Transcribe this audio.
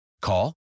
Call